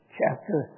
chapter